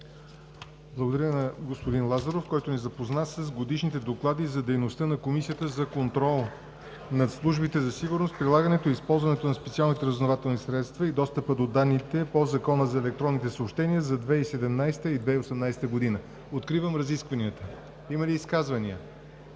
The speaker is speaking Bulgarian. Благодаря на господин Лазаров, който ни запозна с Годишните доклади за дейността на Комисията за контрол над службите за сигурност, прилагането и използването на специалните разузнавателни средства и достъпа до данните по Закона за електроните съобщения за 2017 г. и 2018 г. Откривам разискванията. Има ли изказвания?